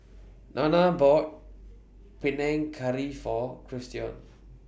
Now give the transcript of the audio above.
Nana bought Panang Curry For Christion